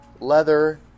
leather